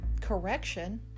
correction